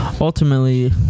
ultimately